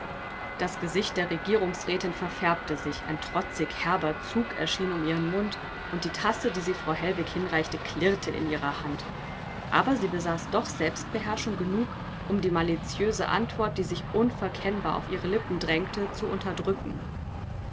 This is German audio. das gesicht der regierungsrätin verfärbte sich ein trotzig herber zug erschien um ihren mund und die tasse die sie frau hellwig hinreichte klirrte in ihrer hand aber sie besaß doch selbstbeherrschung genug um die maliziöse antwort die sich unverkennbar auf ihre lippen drängte zu unterdrücken